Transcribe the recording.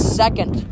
second